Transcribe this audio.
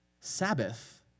Sabbath